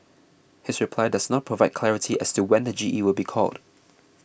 his reply does not provide clarity as to when the G E will be called